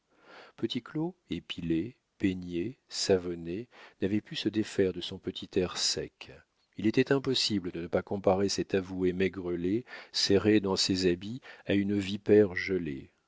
petit claud épilé peigné savonné n'avait pu se défaire de son petit air sec il était impossible de ne pas comparer cet avoué maigrelet serré dans ses habits à une vipère